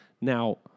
Now